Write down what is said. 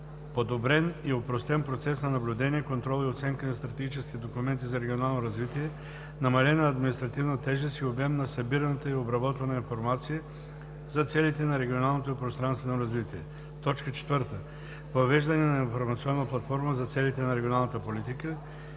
Подобрен и опростен процес на наблюдение, контрол и оценка на стратегическите документи за регионално развитие, намалена административна тежест и обем на събираната и обработваната информация за целите на регионалното и пространственото развитие. 4. Въвеждане на информационна платформа за целите на регионалната политика.